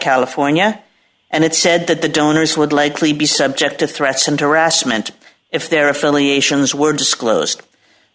california and it said that the donors would likely be subject to threats and harassment if their affiliations were disclosed